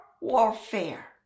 warfare